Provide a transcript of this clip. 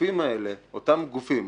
הגופים האלה, אותם גופים,